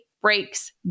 breaks